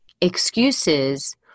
Excuses